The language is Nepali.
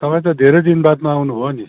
तपाईँ त धेरै दिन बादमा आउनु भयो नि